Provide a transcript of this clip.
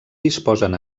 disposen